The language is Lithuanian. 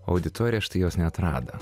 auditorija štai jos neatrado